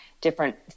different